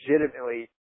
legitimately